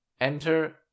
Enter